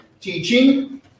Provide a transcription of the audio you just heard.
teaching